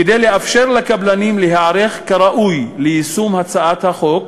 כדי לאפשר לקבלנים להיערך כראוי ליישום הצעת החוק,